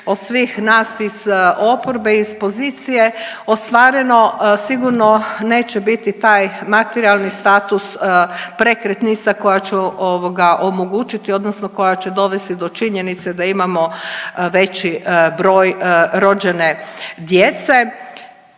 od svih nas iz oporbe, iz pozicije ostvareno sigurno neće biti taj materijalni status prekretnica koja će omogućiti, odnosno koja će dovesti do činjenice da imamo veći broj rođene djece.